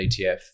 ETF